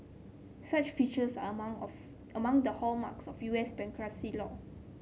such features are among of among the hallmarks of U S bankruptcy law